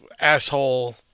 asshole